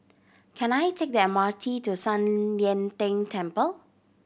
can I take the M R T to San Lian Deng Temple